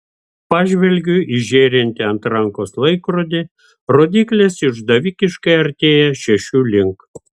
pažvelgiu į žėrintį ant rankos laikrodį rodyklės išdavikiškai artėja šešių link